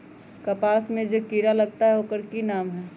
कपास में जे किरा लागत है ओकर कि नाम है?